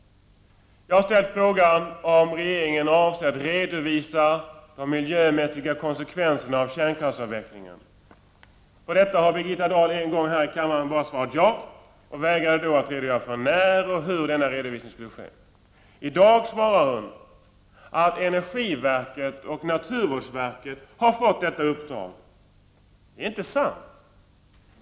Jag har ställt frågan om regeringen avser att redovisa de miljömässiga konsekvenserna av kärnkraftsavvecklingen. På detta har Birgitta Dahl en gång här i kammaren bara svarat ja. Hon vägrade då att redogöra för hur och när denna redovisning skulle ske. I dag svarar hon att energiverket och naturvårdsverket har fått i uppdrag att göra en redovisning. Det är inte sant!